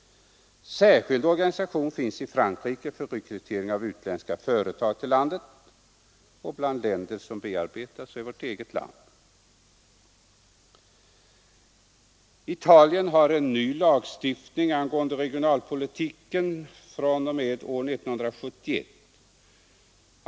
Särskild organisation finns i Frankrike för rekrytering av utländska företag till landet. Bland de länder som bearbetas är Sverige. Italien har en ny lag om regionalpolitiken fr.o.m. år 1971.